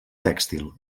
tèxtil